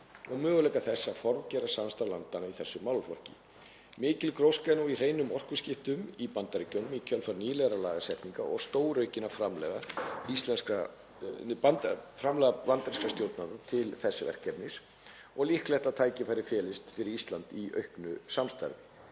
og möguleika þess að formgera samstarf landanna í þessum málaflokki. Mikil gróska er nú í hreinum orkuskiptum í Bandaríkjunum í kjölfar nýlegrar lagasetningar og stóraukinna framlaga bandarískra stjórnvalda til þess verkefnis og líklegt er að tækifæri felist fyrir Ísland í auknu samstarfi.